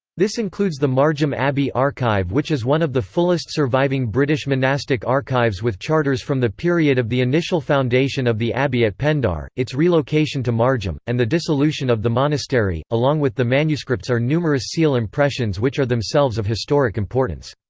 this includes the margam abbey archive which is one of the fullest surviving british monastic archives with charters from the period of the initial foundation of the abbey at pendar, its relocation to margam, and the dissolution of the monastery along with the manuscripts are numerous seal impressions which are themselves of historic importance.